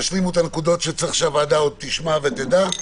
תשלימו את הנקודות, שהוועדה תשמע ותדע.